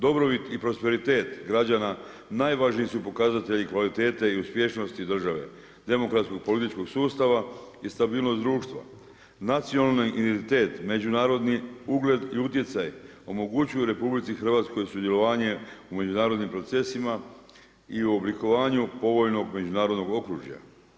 Dobrobit i prosperitet građana najvažniji su pokazatelji kvalitete i uspješnosti države demokratskog političkog sustava i stabilnost društva, nacionalni identitet, međunarodni ugled i utjecaj omogućuju RH sudjelovanje u međunarodnim procesima i u oblikovanju povoljnog međunarodnog okružja.